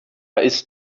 ist